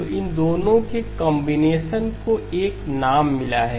तो इन दोनों के कॉन्बिनेशन को एक नाम मिला है